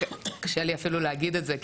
קשה לי אפילו להגיד את זה,